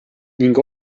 ning